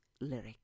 lyric